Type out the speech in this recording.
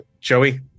Joey